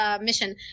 mission